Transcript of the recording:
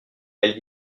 elle